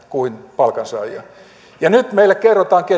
kuin palkansaajia nyt meille kerrotaankin